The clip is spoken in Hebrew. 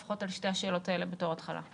לפחות על שתי השאלות האלה בתור התחלה.